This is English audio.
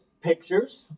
pictures